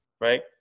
right